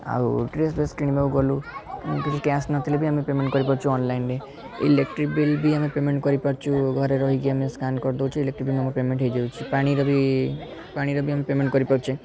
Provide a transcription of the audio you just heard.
ଆଉ ଡ୍ରେସ୍ ଫ୍ରେସ୍ କିଣିବାକୁ ଗଲୁ କିଛି କ୍ୟାସ୍ ନଥିଲେ ବି ଆମେ ପେମେଣ୍ଟ କରିପାରୁଛୁ ଅନଲାଇନ୍ରେ ଇଲେକଟ୍ରିକ୍ ବିଲ୍ ବି ଆମେ ପେମେଣ୍ଟ କରିପାରୁଛୁ ଘରେ ରହିକି ଆମେ ସ୍କାନ୍ କରିଦେଉଛୁ ଇଲେକଟ୍ରିକ୍ ବିଲ୍ ଆମ ପେମେଣ୍ଟ ହେଇଯାଉଛି ପାଣିର ବି ପାଣିର ବି ଆମେ ପେମେଣ୍ଟ କରିପାରୁଛେ